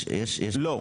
לא.